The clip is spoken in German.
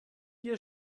wir